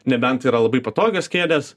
nebent yra labai patogios kėdės